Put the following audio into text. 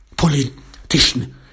politician